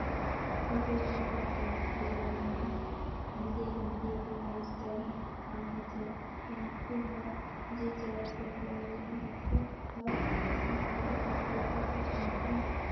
अलगे अलगे परकार के लोन में अलगे अलगे बियाज दर ह होथे, मइनसे हर जे जाएत बर लोन ले रहथे ओखर हिसाब ले ओखर बियाज दर बनथे